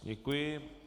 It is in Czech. Děkuji.